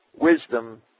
wisdom